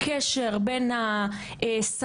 הקשר בין הסייר,